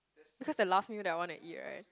because the last meal that want to eat right